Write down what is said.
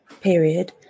period